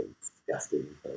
disgusting